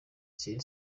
ter